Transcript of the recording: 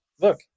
Look